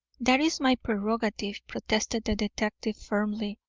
that is my prerogative, protested the detective firmly,